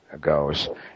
goes